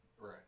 Right